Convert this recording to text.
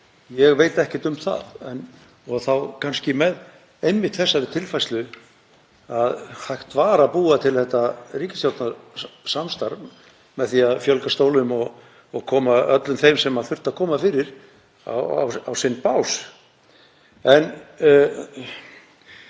ég veit ekkert um það, en þá kannski einmitt með þeirri tilfærslu að hægt var að búa til þetta ríkisstjórnarsamstarf með því að fjölga stólum og koma öllum þeim sem þurfti að koma fyrir á sinn bás.